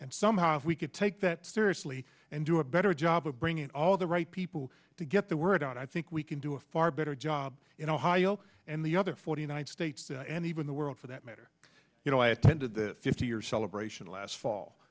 and somehow if we could take that seriously and do a better job of bringing all the right people to get the word out i think we can do a far better job in ohio and the other forty nine states and even the world for that matter you know i attended the fifty year celebration last fall